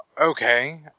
okay